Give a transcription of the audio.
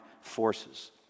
forces